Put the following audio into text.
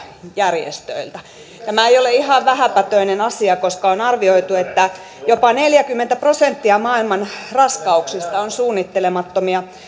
järjestöiltä tämä ei ole ihan vähäpätöinen asia koska on arvioitu että jopa neljäkymmentä prosenttia maailman raskauksista on suunnittelemattomia